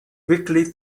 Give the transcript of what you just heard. weekly